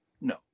No